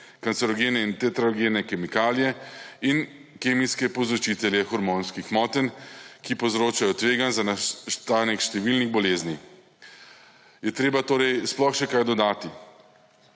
karcinogene in »tetarogene«(?) kemikalije in kemijske povzročitelje hormonskih motenj, ki povzročajo tveganje za nastanek številnih bolezni. Je treba torej sploh še kaj dodati?